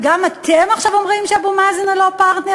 וגם אתם עכשיו אתם אומרים שאבו מאזן הוא לא פרטנר?